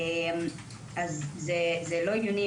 אז זה לא הגיוני,